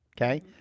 okay